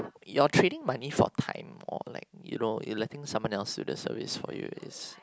you're trading money for time or like you know you're letting someone else do the service for you is